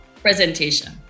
presentation